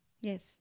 yes